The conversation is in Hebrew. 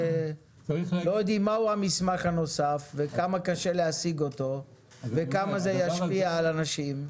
לא יודעים מהו המסמך הנוסף וכמה קשה להשיג אותו וכמה זה ישפיע על אנשים.